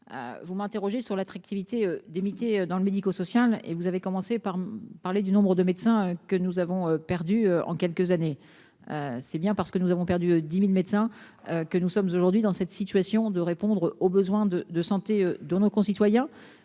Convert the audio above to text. vous m'interrogez sur l'attractivité des métiers dans le secteur médico-social ; vous avez commencé par rappeler le nombre de médecins que nous avons perdus en quelques années. C'est bien parce que nous avons perdu 10 000 médecins que nous nous trouvons aujourd'hui dans cette situation pour répondre aux besoins de santé de nos concitoyens.